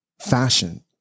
fashion